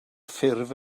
ffurf